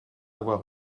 avoir